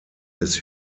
des